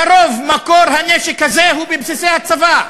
לרוב, מקור הנשק הזה הוא בבסיסי הצבא.